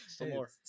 more